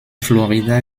florida